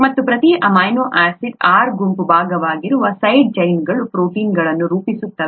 ಮತ್ತು ಪ್ರತಿ amino acid R ಗುಂಪಿನ ಭಾಗವಾಗಿರುವ ಸೈಡ್ ಚೈನ್ಗಳು ಪ್ರೋಟೀನ್ ಅನ್ನು ರೂಪಿಸುತ್ತವೆ